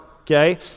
okay